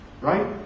right